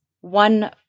one